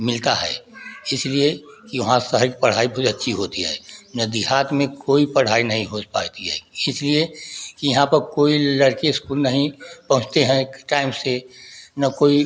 मिलता है इसीलिए कि वहाँ शहर की पढ़ाई बहुत अच्छी होती है ना देहात में कोई पढ़ाई नहीं हो पढ़ाई है इसलिए की यहाँ पर कोई लड़की इस्कूल नहीं पहुँचती है टाइम से ना कोई